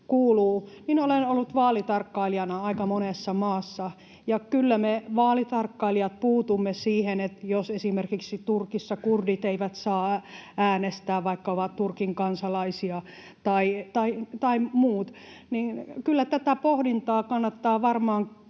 kuuluu, niin olen ollut vaalitarkkailijana aika monessa maassa, ja kyllä me vaalitarkkailijat puutumme siihen, jos esimerkiksi Turkissa kurdit eivät saa äänestää, vaikka ovat Turkin kansalaisia, tai muut. Kyllä tätä pohdintaa kannattaa varmaan